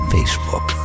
Facebook